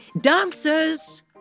Dancers